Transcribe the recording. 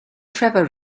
trevor